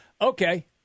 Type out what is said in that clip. Okay